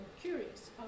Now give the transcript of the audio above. curious